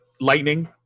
lightning